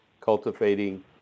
Cultivating